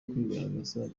kwigaragaza